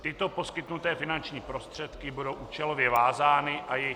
Tyto poskytnuté finanční prostředky budou účelově vázány a jejich